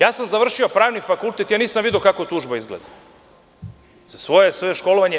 Ja sam završio pravni fakultet, a nisam video kako tužba izgleda, za svoje školovanje.